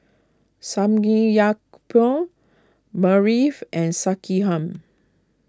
Samgeyopsal Barfi and Sekihan